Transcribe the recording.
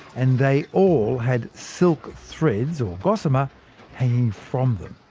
and they all had silk threads or gossamer hanging from them.